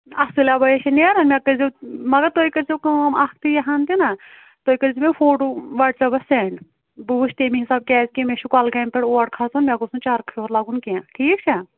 اصٕل ابیا چھا نیران مےٚ کٔرۍزیٚو مگر تُہۍ کٔرۍزیٚو کأم اکھ تہِ یہِ ہَن تہِ نا تُہۍ کٔرۍ زیٚو مےٚ فوٹوٗ وٹس ایپس سینٛڈ بہٕ وُچھٕ تٔمی حِسابہٕ کیٛاز کہِ مےٚ چھُ کۅلگامہِ پیٚٹھ اور کھسُن مےٚ گوٚژھ نہٕ چرکھٕے یوت لگُن کیٚنٛہہ ٹھیٖک چھا